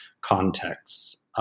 contexts